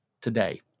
today